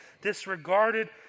disregarded